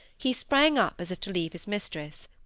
he sprang up as if to leave his mistress.